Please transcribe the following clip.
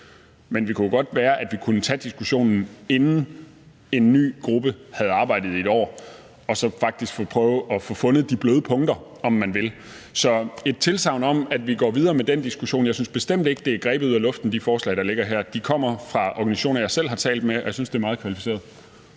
Det kunne jo godt være, at vi kunne tage diskussionen, inden en ny gruppe havde arbejdet i et år, og faktisk prøve at få fundet de bløde punkter, om man vil. Så herfra et tilsagn om, at vi går videre med den diskussion. Jeg synes bestemt ikke, at de forslag, der ligger her, er grebet ud af luften; de kommer fra organisationer, jeg selv har talt med. Og jeg synes, det er et meget kvalificeret